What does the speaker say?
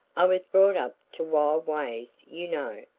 i was brought up to wild ways you know,